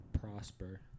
prosper